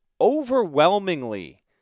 overwhelmingly